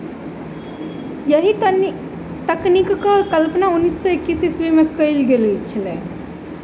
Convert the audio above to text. एहि तकनीकक कल्पना उन्नैस सौ एकासी ईस्वीमे कयल गेल छलै